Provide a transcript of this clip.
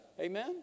Amen